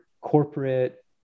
corporate